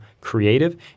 creative